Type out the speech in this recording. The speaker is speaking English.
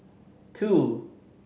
two